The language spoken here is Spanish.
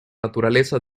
naturaleza